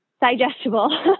digestible